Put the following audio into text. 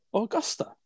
Augusta